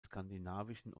skandinavischen